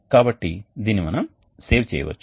కాబట్టి దీనిని మనం సేవ్ చేయవచ్చు